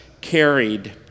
carried